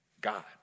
God